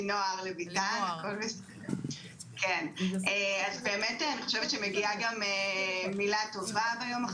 ביום החשוב הזה מגיעה מילה טובה.